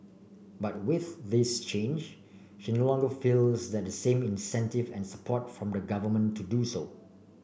but with this change she no longer feels that same incentive and support from the government to do so